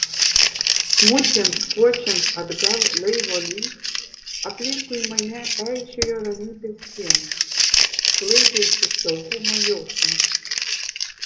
mudviem skuodžiant atgal laivo link aplinkui mane eižėjo ramybės siena sklaidėsi saugumo jausmas